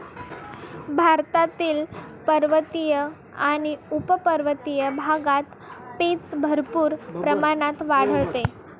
भारतातील पर्वतीय आणि उपपर्वतीय भागात पीच भरपूर प्रमाणात आढळते